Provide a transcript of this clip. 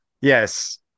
Yes